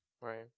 Right